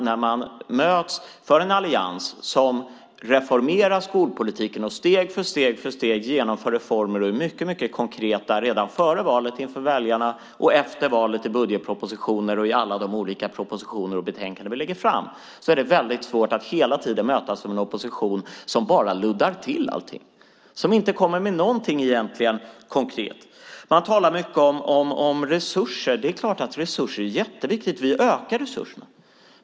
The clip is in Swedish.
Vi i alliansen reformerar skolpolitiken, genomför steg för steg reformer och är mycket konkreta redan före valet inför väljarna och efter valet i budgetpropositioner och i alla de olika propositioner och betänkanden vi lägger fram. Det blir väldigt svårt när man hela tiden möts av en opposition som bara luddar till allting och egentligen inte kommer med någonting konkret. Man talar mycket om resurser. Det är klart att resurserna är jätteviktiga, och vi ökar dem.